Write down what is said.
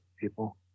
people